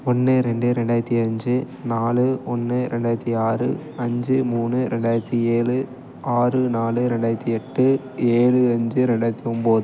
ஒன்று ரெண்டு ரெண்டாயிரத்தி அஞ்சு நாலு ஒன்று ரெண்டாயிரத்தி ஆறு அஞ்சு மூணு ரெண்டாயிரத்தி ஏழு ஆறு நாலு ரெண்டாயிரத்தி எட்டு ஏழு அஞ்சு ரெண்டாயிரத்தி ஒன்போது